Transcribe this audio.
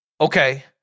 Okay